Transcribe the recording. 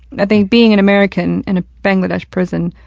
i think, being an american in a bangladesh prison,